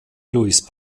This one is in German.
louise